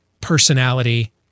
personality